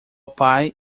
pai